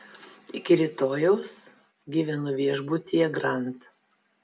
iki rytojaus gyvenu viešbutyje grand